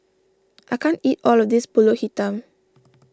I can't eat all of this Pulut Hitam